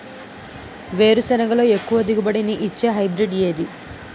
వేరుసెనగ లో ఎక్కువ దిగుబడి నీ ఇచ్చే హైబ్రిడ్ ఏది?